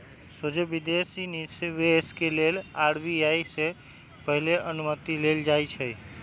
सोझे विदेशी निवेश के लेल आर.बी.आई से पहिले अनुमति लेल जाइ छइ